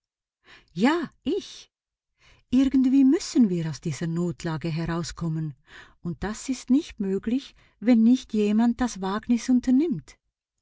ja ich irgendwie müssen wir aus dieser notlage herauskommen und das ist nicht möglich wenn nicht jemand das wagnis unternimmt